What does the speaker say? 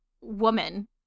woman